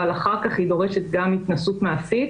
אבל אחר כך היא דורשת גם התנסות מעשית